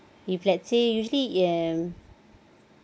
if let's say usually when